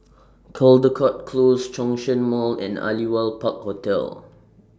Caldecott Close Zhongshan Mall and Aliwal Park Hotel